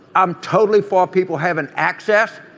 i'm totally for people having access.